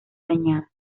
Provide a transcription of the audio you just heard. dañadas